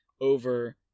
over